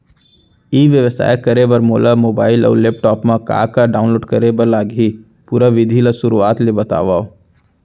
ई व्यवसाय करे बर मोला मोबाइल अऊ लैपटॉप मा का का डाऊनलोड करे बर लागही, पुरा विधि ला शुरुआत ले बतावव?